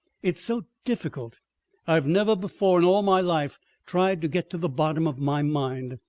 it's so difficult i've never before in all my life tried to get to the bottom of my mind.